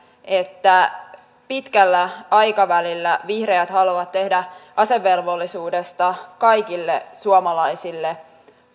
että pitkällä aikavälillä vihreät haluavat tehdä asevelvollisuudesta kaikille suomalaisille